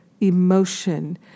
Emotion